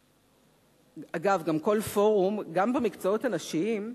אגב, גם כל פורום, גם במקצועות הנשיים,